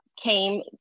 came